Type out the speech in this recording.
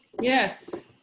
yes